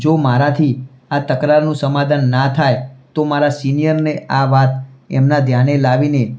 જો મારાથી આ તકરારનું સમાધાન ન થાય તો મારા સીનીયરને આ વાત એમના ધ્યાને લાવીને